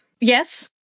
Yes